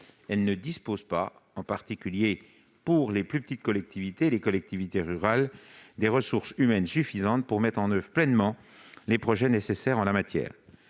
elles ne disposent pas, en particulier les collectivités rurales, des ressources humaines suffisantes pour mettre en oeuvre pleinement les projets nécessaires en la matière.